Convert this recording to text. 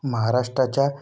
महाराष्ट्राच्या